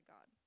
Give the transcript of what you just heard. God